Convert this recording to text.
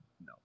no